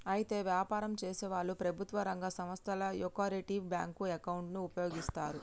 అయితే వ్యాపారం చేసేవాళ్లు ప్రభుత్వ రంగ సంస్థల యొకరిటివ్ బ్యాంకు అకౌంటును ఉపయోగిస్తారు